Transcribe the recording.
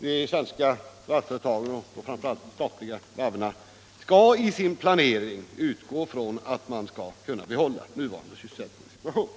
de svenska varvsföretagen och framför allt de statliga varven i sin planering skall utgå från att man skall kunna behålla nuvarande sysselsättningssituation.